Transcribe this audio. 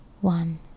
one